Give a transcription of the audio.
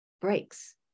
breaks